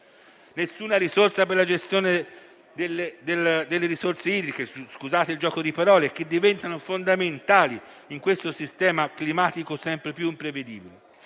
è stata prevista per la gestione delle risorse idriche, che diventano fondamentali in questo sistema climatico sempre più imprevedibile.